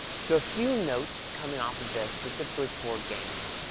so a few notes coming off of this, specifically for games.